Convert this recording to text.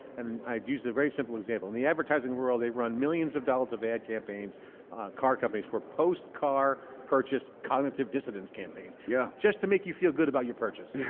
and i used a very simple example. in the advertising world, they run millions of dollars of ad campaigns on car companies for post car purchase cognitive dissonance campaigns. yeah just to make you feel good about your purchase. yeah